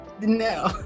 no